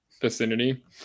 vicinity